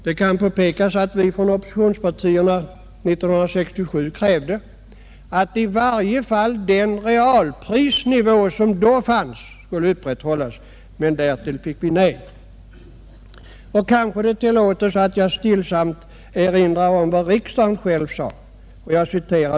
Det kan påpekas att vi från oppositionspartierna 1967 krävde att i varje fall den realprisnivå som då fanns skulle upprätthållas, men på denna begäran fick vi nej. Nu kanske det är tillåtet att jag stillsamt erinrar om vad riksdagen själv uttalade den gången.